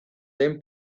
den